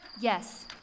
Yes